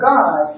God